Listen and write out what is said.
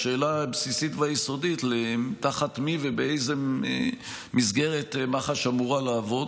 בשאלה הבסיסית והיסודית: תחת מי ובאיזה מסגרת מח"ש אמורה לעבוד.